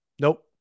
Nope